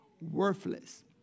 worthless